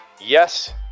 yes